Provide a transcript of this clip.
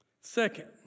Second